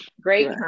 great